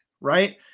right